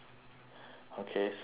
okay so um